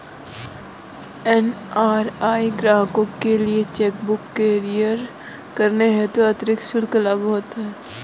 NRI ग्राहकों के लिए चेक बुक कुरियर करने हेतु अतिरिक्त शुल्क लागू होता है